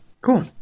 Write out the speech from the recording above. Cool